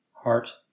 heart